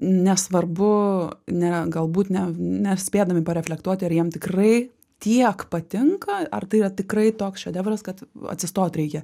nesvarbu ne galbūt ne nespėdami pareflektuot ar jiem tikrai tiek patinka ar tai yra tikrai toks šedevras kad atsistot reikia